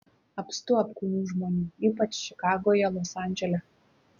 apstu apkūnių žmonių ypač čikagoje los andžele